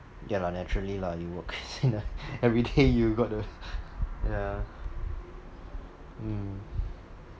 ya lah naturally lah you work in a every day you got to yeah mm